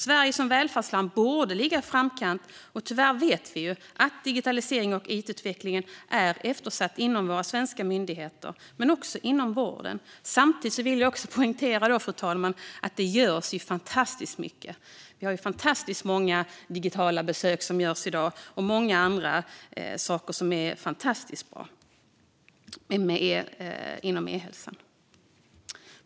Sverige som välfärdsland borde ligga i framkant, men tyvärr vet vi att digitaliseringen och it-utvecklingen är eftersatta inom våra svenska myndigheter men också inom vården. Samtidigt vill jag poängtera, fru talman, att det görs fantastiskt mycket. Det görs fantastiskt många digitala besök i dag, och det finns många andra saker som är fantastiskt bra inom e-hälsan.